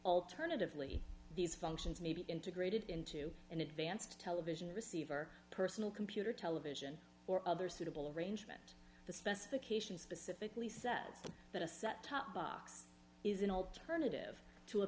alternatively these functions may be integrated into an advanced television receiver personal computer television or other suitable arrangement the specification specifically says that a set top box is an alternative to a